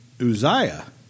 Uzziah